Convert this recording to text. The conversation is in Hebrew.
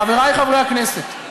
חברי חברי הכנסת,